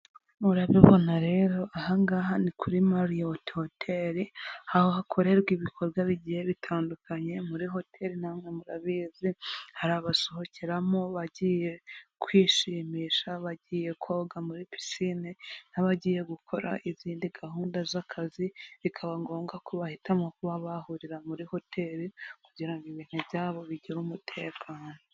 Murabibona rero, aha ngaha ni kuri Marriott hoteri, aho hakorerwa ibikorwa bigiye bitandukanye, muri hoteri na mwe murabizi, hari abasohokeramo bagiye kwishimisha, bagiye koga muri pisine n'abagiye gukora izindi gahunda z'akazi bikaba ngombwa ko bahitamo kuba bahurira muri hoteri kugirango ibintu byabo bigire umutekano.